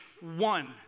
one